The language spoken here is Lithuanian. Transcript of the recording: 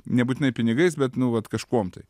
nebūtinai pinigais bet nu vat kažkuom tai